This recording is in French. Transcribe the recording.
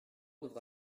devra